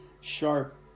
sharp